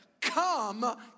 Come